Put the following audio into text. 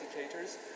indicators